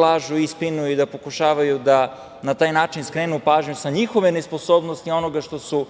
lažu, spinuju i pokušavaju da na taj način skrenu pažnju sa njihove nesposobnosti onoga što su